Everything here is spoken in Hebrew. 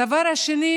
הדבר השני,